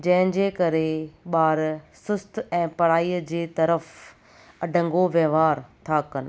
जंहिंजे करे ॿार सुस्तु ऐं पढ़ाईअ जे तरफ़ अढंगो वहिंवारु था कनि